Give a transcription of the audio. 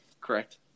correct